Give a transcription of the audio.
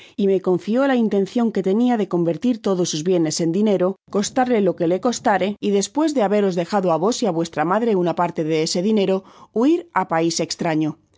y me confió la intencion que tenia de convertir todos sus bienes en dinero costarlelo que le costare y despues de haberos dejado á vos y á vuestra madre una parte de ese dinero huir á pais estraño